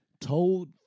told